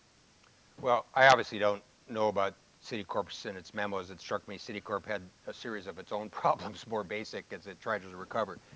well, i obviously don't know about citicorps and its memos. it struck me citicorp had a serious of its own problems more basic as it tries to to recover.